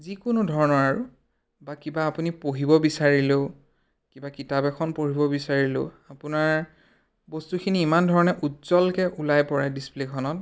যিকোনো ধৰণৰ আৰু বা কিবা আপুনি পঢ়িব বিচাৰিলেও কিবা কিতাপ এখন পঢ়িব বিচাৰিলেও আপোনাৰ বস্তুখিনি ইমান ধৰণে উজ্জ্বলকৈ ওলাই পৰে ডিছপ্লেখনত